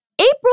April